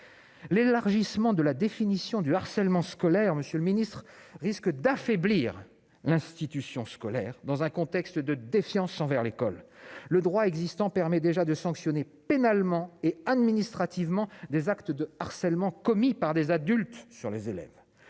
L'élargissement de la définition du harcèlement scolaire, monsieur le ministre, risque d'affaiblir l'institution scolaire, dans un contexte de défiance envers l'école. Le droit existant permet déjà de sanctionner pénalement et administrativement des actes de harcèlement commis par des adultes sur les élèves.